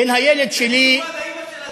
יש תשובה לאימא של אדל ביטון ז"ל?